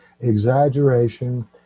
exaggeration